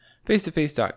face-to-face